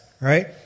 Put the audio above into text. right